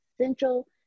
Central